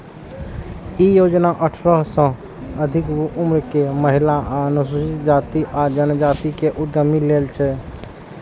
ई योजना अठारह वर्ष सं अधिक उम्र के महिला आ अनुसूचित जाति आ जनजाति के उद्यमी लेल छै